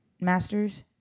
Masters